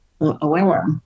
aware